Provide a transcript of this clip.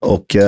Och